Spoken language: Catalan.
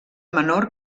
menor